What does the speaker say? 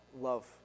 love